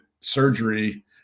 surgery